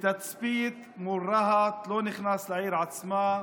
בתצפית מול רהט, לא נכנס לעיר עצמה,